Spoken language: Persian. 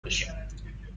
باشیم